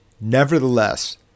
Nevertheless